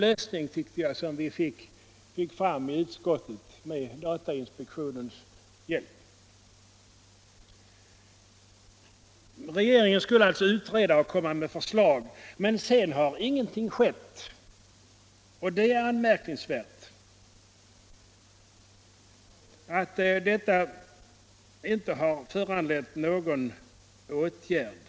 Regeringen skulle alltså utreda och komma med förslag. Med sedan har ingenting skett. Det är anmärkningsvärt att detta inte har föranlett någon åtgärd.